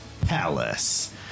Palace